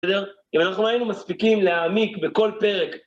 בסדר? אם אנחנו היינו מספיקים להעמיק בכל פרק...